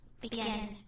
Begin